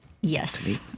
Yes